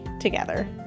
together